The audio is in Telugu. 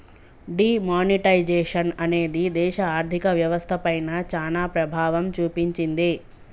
డీ మానిటైజేషన్ అనేది దేశ ఆర్ధిక వ్యవస్థ పైన చానా ప్రభావం చూపించింది